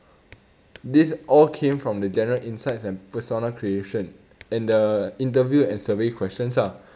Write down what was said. this all came from the general insights and persona creation and the interview and survey questions ah